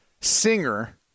singer –